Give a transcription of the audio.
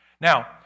Now